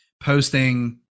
posting